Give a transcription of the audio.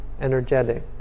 energetic